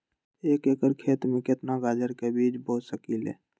एक एकर खेत में केतना गाजर के बीज बो सकीं ले?